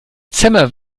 zimmer